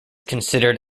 considered